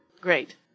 great